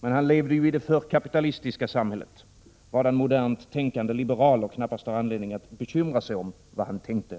Men han levde ju i det förkapitalistiska samhället, vadan modernt tänkande liberaler knappast har anledning att bekymra sig om vad han tänkte.